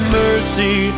mercy